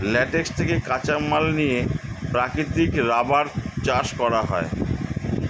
latex থেকে কাঁচামাল নিয়ে প্রাকৃতিক রাবার চাষ করা হয়